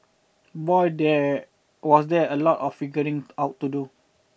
boy there was there a lot of figuring out to do